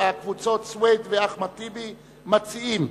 הקבוצות סוייד ואחמד טיבי מציעות.